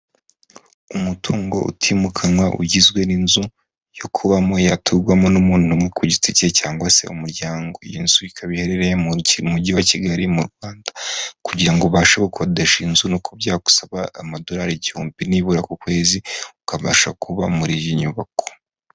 Umutungo utimukanwa ugizwe n'inzu yo kubamo yaturwamo n'umuntu umwe ku giti cye cyangwa se umuryango. Iyi nzu ikaba iherereye mu mujyi wa Kigali mu Rwanda. Kugira ngo ubashe gukodesha iyi inzu nuko byagusaba amadolari igihumbi nibura ku kwezi, ukabasha kuba muri iyi nyubako.